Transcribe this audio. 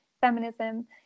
feminism